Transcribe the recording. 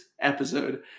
episode